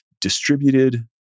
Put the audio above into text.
distributed